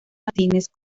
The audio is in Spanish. martínez